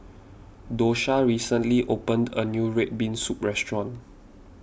Dosha recently opened a new Red Bean Soup restaurant